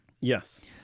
Yes